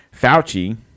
Fauci